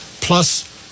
plus